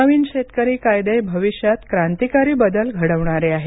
नवीन शेतकरी कायदे भविष्यात क्रांतीकारी बदल घडवणारे आहेत